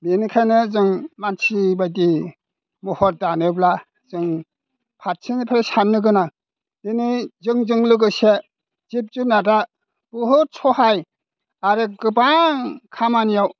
बिनिखायनो जों मानसिनि बायदि महर दानोब्ला जों फारसेनिफ्राय साननोगोनां दिनै जोंजों लोगोसे जिब जुनादा बहुद सहाय आरो गोबां खामानियाव